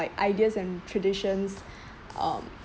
like the ideas and traditions um